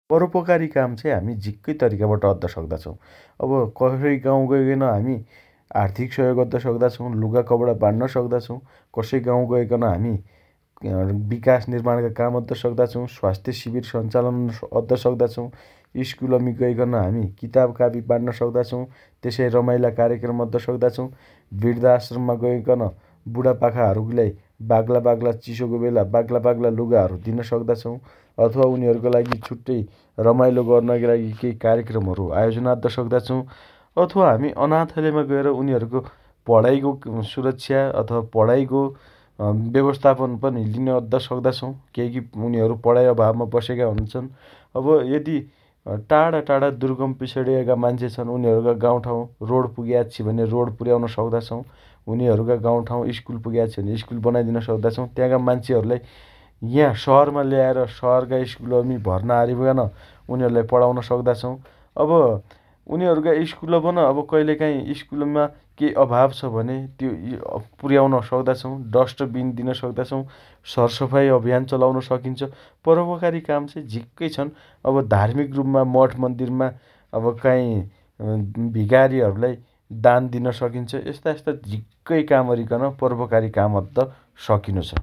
परोपकारी काम चाइ हामी झिक्कै तरिकाबट अद्द सक्दा छौं । अब कसै गाउँ गइकन हमी आर्थिक सहयोग अद्द सक्दा छौँ । लुगा कपणा बाण्न्न सक्दा छौं । कसइ गाउँ गइकन हामी अँ विकास निर्माणका काम अद्द सक्दा छौं । स्वाथ्य शिविर सञ्चालन अद्द सक्दा छौं । स्कुलमी गइकन हामी किताब कापी बाण्न्न सक्दा छौं । तेसइ रमाइला कार्यक्रम अद्द सक्दा छौं । वृद्धाश्रममा गइकन बुढापाकाहरुलाई बाग्दाबाग्ला चिसो बेला बाग्ला बाग्ला लुगाहरु दिन सक्दा छौं । अथवा उनीहरुका लागि छुट्टै रमाइलो गर्नाकी लागि केइ कार्यक्रमहरु आयोजना अद्द सक्दा छौं । अथवा हामी अनाथलयमा गएर उनीहरुको पढाइको सुरक्षा अथवा पढाइको अँ व्यवस्थापन पनि लिन अद्द सक्दा छौं । केइकी उनीहरु पढाइ अभावमा बसेका हुन्छन् । अब यदि टाढाटाढा दुर्गम पिछडीएका मान्छेहरु छन् उनीहरुका गाउँठाउँ रोड पुग्या आच्छि भने रोड पुर्याउन सक्दा छौँ । उनीहरुका गाउाठाउँ स्कुल पुग्या आच्छि भने स्कुल बनाइदिन सक्दा छौं । त्याँका मान्छेहरुलाई याँ सहरमा ल्याएर सहरका स्कुलमी भर्ना अरिकन अँ उनीहरुलाई पढाउन सक्दा छौं । अब उनीहरुका स्कुलपन कइलेकाइ स्कुलमा केइ अभाव छ भने त्यो इ अँ पुर्याउन सक्दा छौं । डस्टबिन दिन सक्ला छौँ । सरसफाइ अभियान चलाउन सकिन्छ । परोपकारी काम चाइ झिक्कै छन् । अब धार्मीक रुपमा बठमन्दीरमा अब काई अँ भिकारीहरुलाई दान दिन सकिन्छ । यस्ता यस्ता झिक्कै काम अरिकन परोपकारी काम अद्द सकिन